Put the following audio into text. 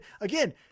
again